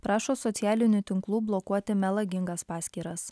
prašo socialinių tinklų blokuoti melagingas paskyras